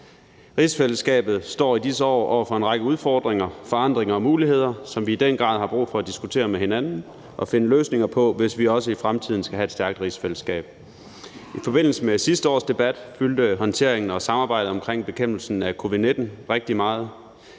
Rigsfællesskabet står i disse år over for en række udfordringer, forandringer og muligheder, som vi i den grad har brug for at diskutere med hinanden og finde løsninger på, hvis vi også i fremtiden skal have et stærkt rigsfællesskab. I forbindelse med sidste års debat fyldte håndteringen og samarbejdet om bekæmpelsen af covid-19 rigtig meget,